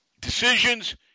Decisions